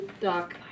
Doc